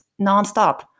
nonstop